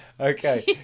Okay